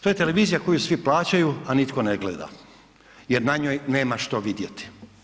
To je televizija koju svi plaćaju a nitko ne gleda jer na njoj nema što vidjeti.